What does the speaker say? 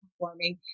performing